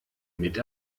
mit